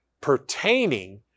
pertaining